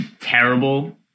terrible